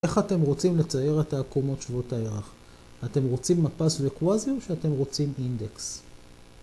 איך אתם רוצים לצייר את העקומות שלו את הירח? אתם רוצים מפס וקוויזי או שאתם רוצים אינדקס?